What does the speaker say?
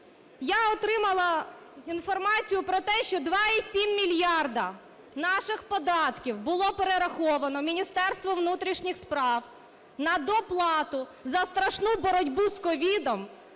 Я отримала інформацію про те, що 2,7 мільярда наших податків було перераховано Міністерству внутрішніх справ на доплату за страшну боротьбу з COVID